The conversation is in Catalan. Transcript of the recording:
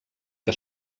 que